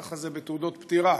ככה זה בתעודות פטירה.